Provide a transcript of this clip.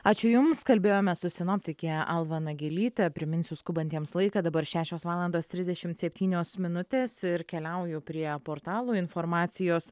ačiū jums kalbėjome su sinoptikė alma nagelyte priminsiu skubantiems laiką dabar šešios valandos trisdešimt septynios minutės ir keliauju prie portalų informacijos